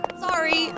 Sorry